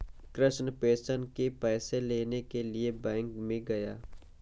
Krishna pension के पैसे लेने के लिए बैंक में गया